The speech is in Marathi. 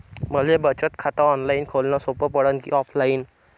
मले बचत खात ऑनलाईन खोलन सोपं पडन की ऑफलाईन?